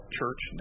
church